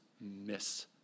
miss